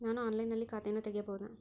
ನಾನು ಆನ್ಲೈನಿನಲ್ಲಿ ಖಾತೆಯನ್ನ ತೆಗೆಯಬಹುದಾ?